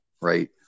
right